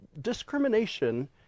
discrimination